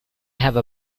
have